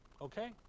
Okay